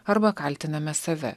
arba kaltiname save